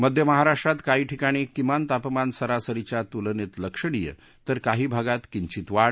मध्य महाराष्ट्रात काही ठिकाणी किमान तापमान सरासरीच्या तूलनेत लक्षणीय तर काही भागात किचित वाढ